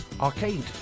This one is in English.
arcade